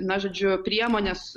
na žodžiu priemones